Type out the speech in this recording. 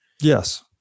Yes